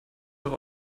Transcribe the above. doch